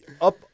up